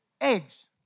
eggs